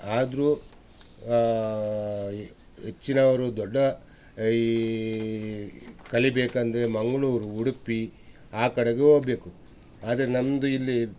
ಆದರು ಹೆಚ್ಚಿನವರು ದೊಡ್ಡ ಈ ಕಲಿಬೇಕಂದರೆ ಮಂಗಳೂರು ಉಡುಪಿ ಆ ಕಡೆಗೆ ಹೋಗ್ಬೇಕು ಆದರೆ ನಮ್ಮದು ಇಲ್ಲಿ